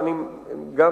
ואני אומר לך,